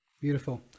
Beautiful